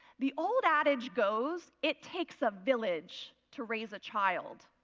the old adage goes it takes a village to raise a child.